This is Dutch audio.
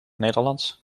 nederlands